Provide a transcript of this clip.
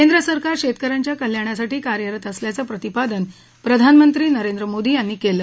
केंद्र सरकार शेतक यांच्या कल्याणासाठी कार्यरत असल्याचं प्रतिपादन प्रधानमंत्री नरेंद्र मोदी यांनी केलं